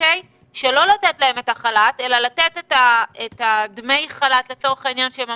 לא לתת להם את החל"ת אלא לתת דמי החל"ת להם הם